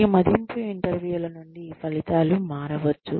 ఈ మదింపు ఇంటర్వ్యూల నుండి ఫలితాలు మారవచ్చు